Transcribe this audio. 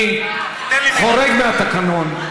אני חורג מהתקנון.